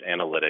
analytics